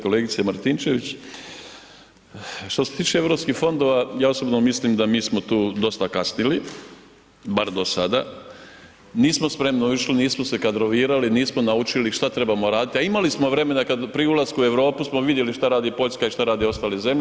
Kolegice Martinčević, što se tiče europskih fondova ja osobno mislim da mi smo tu dosta kasnili, bar do sada, nismo spremno ušli, nismo se kadrovirali, nismo naučili što trebamo raditi, a imali smo vremena pri ulasku u Europu smo vidjeli šta radi Poljska i šta rade ostale zemlje.